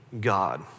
God